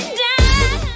down